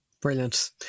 Brilliant